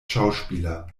schauspieler